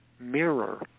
mirror